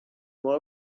molt